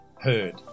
heard